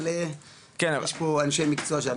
אבל יש פה אנשי מקצוע.